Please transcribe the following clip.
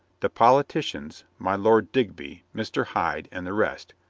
the politicians, my lord digby, mr. hyde and the rest,